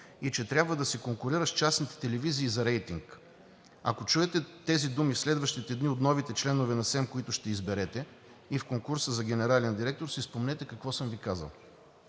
и че трябва да се конкурира с частните телевизии за рейтинг. Ако чуете тези думи следващите дни от новите членове на СЕМ, които ще изберете, и в конкурса за генерален директор, си спомнете какво съм Ви казал.